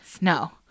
No